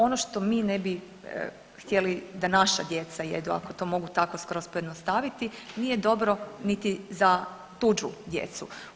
Ono što mi nebi htjeli da naša djeca jedu, ako to mogu tako skroz pojednostaviti nije dobro niti za tuđu djecu.